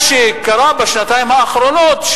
מה שקרה בשנתיים האחרונות,